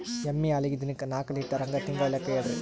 ಎಮ್ಮಿ ಹಾಲಿಗಿ ದಿನಕ್ಕ ನಾಕ ಲೀಟರ್ ಹಂಗ ತಿಂಗಳ ಲೆಕ್ಕ ಹೇಳ್ರಿ?